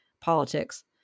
politics